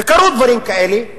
וקרו דברים כאלה,